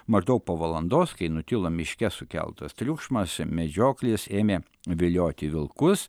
maždaug po valandos kai nutilo miške sukeltas triukšmas medžioklės ėmė vilioti vilkus